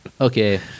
Okay